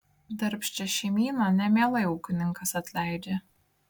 darbščią šeimyną nemielai ūkininkas atleidžia